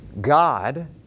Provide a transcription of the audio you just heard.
God